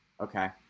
okay